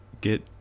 get